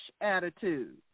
attitude